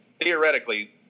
theoretically